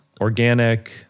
organic